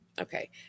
okay